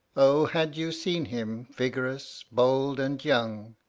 oh had you seen him, vigorous, bold, and young,